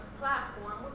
platform